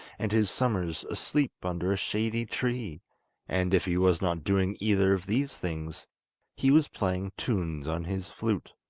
and his summers asleep under a shady tree and if he was not doing either of these things he was playing tunes on his flute.